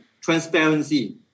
transparency